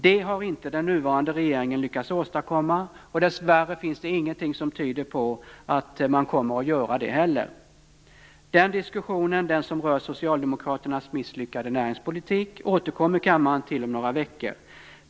Det har inte den nuvarande regeringen lyckats åstadkomma, och dessvärre finns det ingenting som tyder på att man kommer att göra det heller. Den diskussionen - den som rör Socialdemokraternas misslyckade näringspolitik - återkommer kammaren till om några veckor.